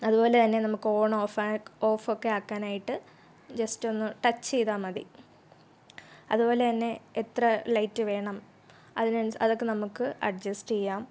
അതുപോലെതന്നെ നമുക്ക് ഓണ് ഓഫാക് ഓഫ് ഒക്കെ ആക്കാനായിട്ട് ജസ്റ്റ് ഒന്ന് ടച്ച് ചെയ്താൽ മതി അതുപോലെത ന്നെ എത്ര ലൈറ്റ് വേണം അതിനനുസരിച്ച് അതൊക്കെ നമുക്ക് അഡ്ജസ്റ്റ് ചെയ്യാം